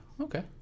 Okay